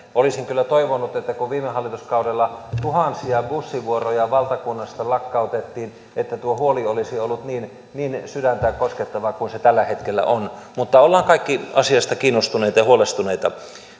olisin kyllä toivonut että kun viime hallituskaudella tuhansia bussivuoroja valtakunnasta lakkautettiin tuo huoli olisi ollut niin niin sydäntä koskettavaa kuin se tällä hetkellä on mutta olemme kaikki asiasta kiinnostuneita ja huolestuneita